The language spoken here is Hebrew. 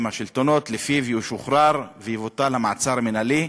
השלטונות שלפיו הוא ישוחרר ויבוטל המעצר המינהלי.